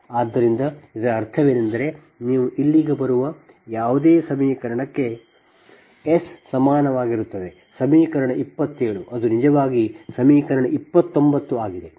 ಆದ್ದರಿಂದ ಇದರ ಅರ್ಥವೇನೆಂದರೆ ನೀವು ಇಲ್ಲಿಗೆ ಬರುವ ಯಾವುದೇ ಸಮೀಕರಣಕ್ಕೆ S ಸಮಾನವಾಗಿರುತ್ತದೆ ಸಮೀಕರಣ 27 ಅದು ನಿಜವಾಗಿ ಸಮೀಕರಣ 29 ಆಗಿದೆ